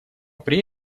при